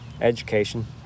education